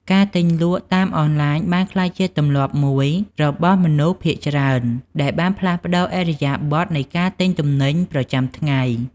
ការទិញលក់តាមអនឡាញបានក្លាយជាទម្លាប់មួយរបស់មនុស្សភាគច្រើន ដែលបានផ្លាស់ប្តូរឥរិយាបថនៃការទិញទំនិញប្រចាំថ្ងៃ។